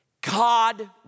God